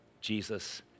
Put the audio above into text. Jesus